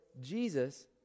Jesus